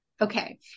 Okay